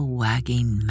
wagging